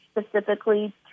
specifically